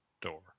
door